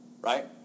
right